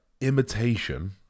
imitation